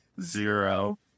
zero